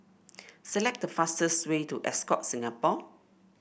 select the fastest way to Ascott Singapore